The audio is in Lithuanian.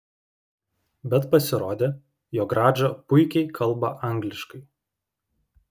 bet pasirodė jog radža puikiai kalba angliškai